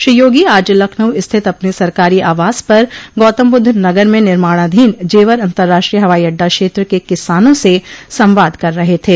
श्री योगी आज लखनऊ स्थित अपने सरकारी आवास पर गौतमबुद्ध नगर में निर्माणाधीन जेवर अतंर्राष्ट्रीय हवाई अड़डा क्षेत्र के किसानों से संवाद कर रहे थे